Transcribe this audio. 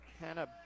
Hannah